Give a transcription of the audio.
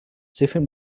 tiffin